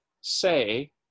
say